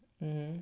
mm